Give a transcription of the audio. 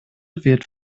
wird